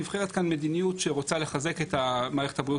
נבחרת כאן מדיניות שרוצה לחזק את מערכת הבריאות